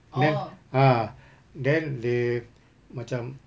then ah then dia macam